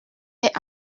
est